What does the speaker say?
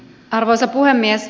arvoisa puhemies